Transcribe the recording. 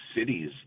cities